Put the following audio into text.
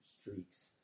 streaks